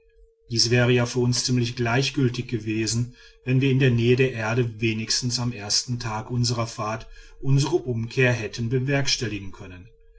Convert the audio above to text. dies wäre ja für uns ziemlich gleichgültig gewesen wenn wir in der nähe der erde wenigstens am ersten tag unsrer fahrt unsere umkehr hätten bewerkstelligen können